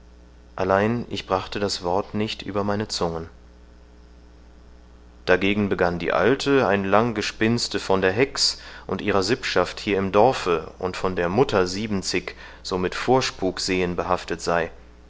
allein ich brachte das wort nicht über meine zungen dagegen begann die alte ein lang gespinste von der hex und ihrer sippschaft hier im dorfe und von der mutter siebenzig so mit vorspuksehen behaftet sei